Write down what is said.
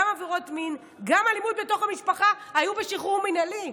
גם עבירות מין וגם אלימות בתוך המשפחה היו בשחרור מינהלי.